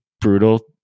brutal